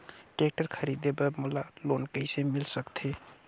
Tractor खरीदे बर मोला लोन कइसे मिल सकथे?